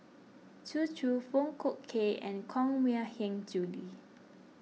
Zhu Xu Foong Fook Kay and Koh Mui Hiang Julie